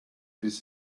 biss